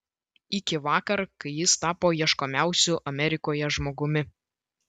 iki vakar kai jis tapo ieškomiausiu amerikoje žmogumi